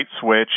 Switch